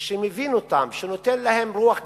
שמבין אותם, שנותן להם רוח גבית.